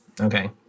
Okay